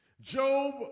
Job